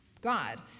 God